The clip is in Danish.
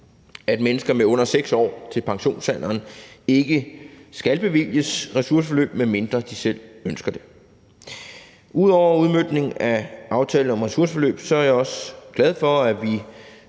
at mennesker med under 6 år til pensionsalderen ikke skal bevilges ressourceforløb, medmindre de selv ønsker det. Ud over udmøntningen af aftalen om ressourceforløb er jeg også glad for, at vi